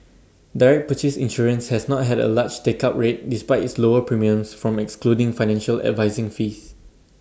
direct purchase insurance has not had A large take up rate despite its lower premiums from excluding financial advising fees